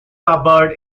suburb